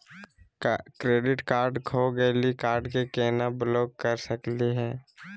Credit card खो गैली, card क केना ब्लॉक कर सकली हे?